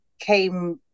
came